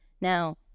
Now